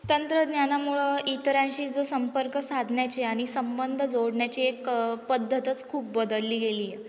तंत्रज्ञानामुळं इतरांशी जो संपर्क साधण्याची आणि संबंध जोडण्याची एक पद्धतच खूप बदलली गेली आहे